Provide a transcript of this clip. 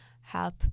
help